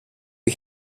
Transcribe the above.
you